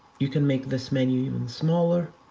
you can make this menu even smaller.